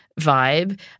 vibe